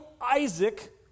Isaac